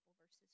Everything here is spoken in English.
verses